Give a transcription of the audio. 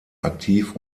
aktiv